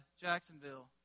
Jacksonville